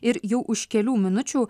ir jau už kelių minučių